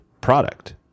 product